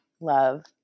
love